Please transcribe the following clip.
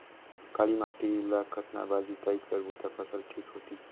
काली माटी ला कतना बार जुताई करबो ता फसल ठीक होती?